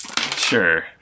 Sure